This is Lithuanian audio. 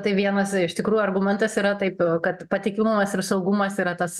tai vienas iš tikrųjų argumentas yra taip kad patikimumas ir saugumas yra tas